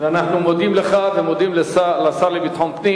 ואנחנו מודים לך ומודים לשר לביטחון פנים.